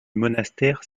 monastère